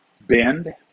bend